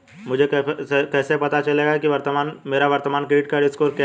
मुझे कैसे पता चलेगा कि मेरा वर्तमान क्रेडिट स्कोर क्या है?